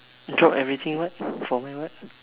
drop everything what from where what